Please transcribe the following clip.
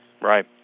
right